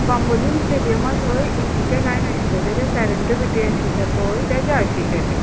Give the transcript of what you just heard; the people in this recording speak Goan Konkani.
बांबोलीम स्टेडीयमा थंय इफ्फीचे काय नाशिल्ले तेजे सॅरेंटीपीटीचे आशिल्ले पळय तेजे आशिल्ले ते